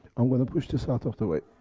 i'm going to push this out of the way,